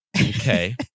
Okay